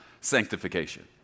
sanctification